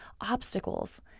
obstacles